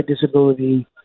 disability